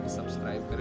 subscribe